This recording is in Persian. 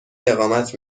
اقامت